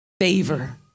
favor